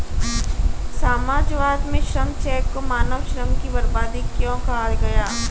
समाजवाद में श्रम चेक को मानव श्रम की बर्बादी क्यों कहा गया?